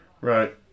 right